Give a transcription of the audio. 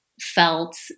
felt